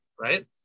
right